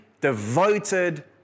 devoted